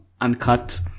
uncut